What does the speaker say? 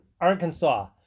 Arkansas